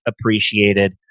appreciated